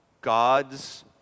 God's